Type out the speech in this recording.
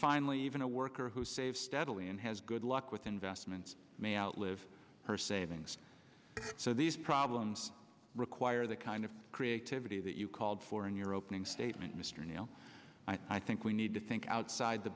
finally even a worker who save steadily and has good luck with investments may outlive her savings so these problems require the kind of creativity that you called for in your opening statement mr neil i think we need to think outside the